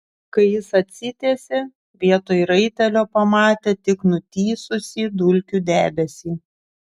kai jis atsitiesė vietoj raitelio pamatė tik nutįsusį dulkių debesį